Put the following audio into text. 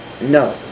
No